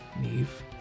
Neve